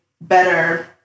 better